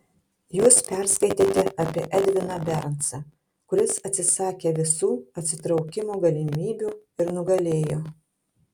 jūs perskaitėte apie edviną bernsą kuris atsisakė visų atsitraukimo galimybių ir nugalėjo